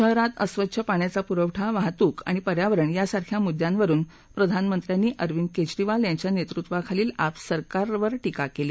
शहरात अस्वच्छ पाण्याचा पुरवठा वाहतूक आणि पर्यावरण यासारख्या मुद्यांवरुन प्रधानमंत्र्यांनी अरविंद कज्जरीवाल यांच्या नस्त्रिंवाखालील आप सरकारवर टीका कली